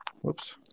whoops